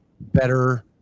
better